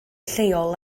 lleol